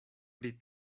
pri